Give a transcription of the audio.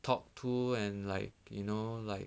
talk to and like you know like